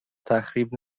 تخریب